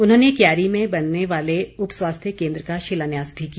उन्होंने क्यारी में बनने वाले उपस्वास्थ्य केंद्र का शिलान्यास भी किया